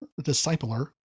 discipler